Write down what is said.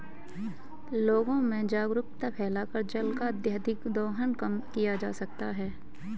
लोगों में जागरूकता फैलाकर जल का अत्यधिक दोहन कम किया जा सकता है